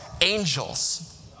Angels